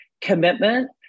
Commitment